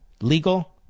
legal